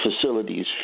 facilities